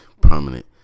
prominent